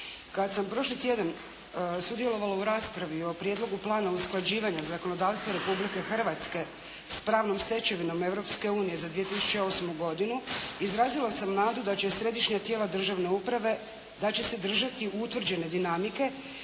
Kad sam prošli tjedan sudjelovala u raspravi o Prijedlogu plana usklađivanja zakonodavstva Republike Hrvatske s pravnom stečevinom Europske unije za 2008. godinu izrazila sam nadu da će središnja tijela državne uprave, da će se držati utvrđene dinamike